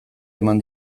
eman